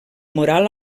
moral